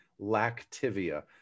Lactivia